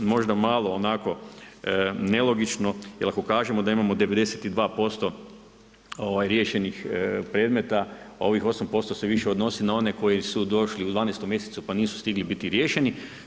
Možda malo onako nelogično jer ako kažemo da imamo 92% riješenih predmeta a ovih 8% se više odnosi na one koji su došli u 12. mjesecu pa nisu stigli biti riješeni.